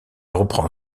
reprend